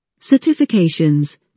Certifications